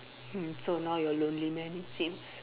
mm so now you're a lonely man it seems